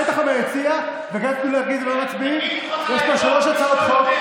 בטח לא מהיציע, יש פה שלוש הצעות חוק.